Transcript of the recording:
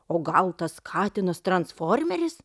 o gal tas katinas transformeris